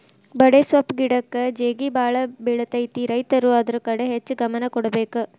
ಬಡೆಸ್ವಪ್ಪ್ ಗಿಡಕ್ಕ ಜೇಗಿಬಾಳ ಬಿಳತೈತಿ ರೈತರು ಅದ್ರ ಕಡೆ ಹೆಚ್ಚ ಗಮನ ಕೊಡಬೇಕ